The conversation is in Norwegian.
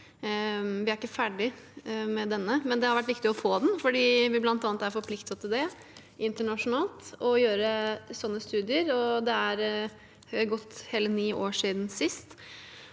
Vi er ikke ferdig med denne, men det har vært viktig å få den, bl.a. fordi vi er forpliktet internasjonalt til å gjøre sånne studier, og det er gått hele ni år siden sist.